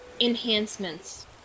enhancements